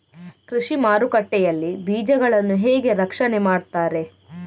ಕೃಷಿ ಮಾರುಕಟ್ಟೆ ಯಲ್ಲಿ ಬೀಜಗಳನ್ನು ಹೇಗೆ ರಕ್ಷಣೆ ಮಾಡ್ತಾರೆ?